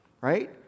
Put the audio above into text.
right